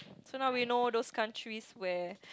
so now we know those countries where